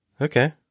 Okay